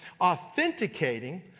authenticating